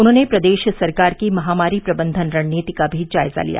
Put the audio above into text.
उन्होंने प्रदेश सरकार की महामारी प्रबंधन रणनीति का भी जायजा लिया